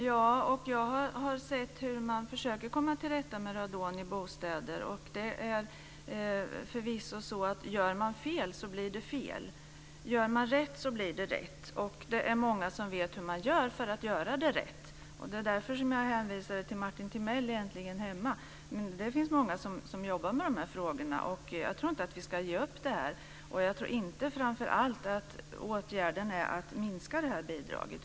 Fru talman! Jag har sett hur man försöker komma till rätta med radon i bostäder. Det är förvisso så att gör man fel så blir det fel. Gör man rätt så blir det rätt. Det är många som vet hur man gör för att göra det rätt. Det var därför jag hänvisade till Martin Timell i programmet Äntligen hemma. Det finns många som jobbar med de här frågorna. Jag tror inte att vi ska ge upp detta. Jag tror framför allt inte att åtgärden är att minska bidraget.